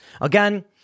Again